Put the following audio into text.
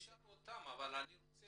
אנחנו נשאל אותם, אבל אני רוצה